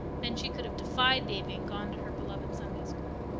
then she could have defied davy, and gone to her beloved sunday school.